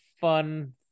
fun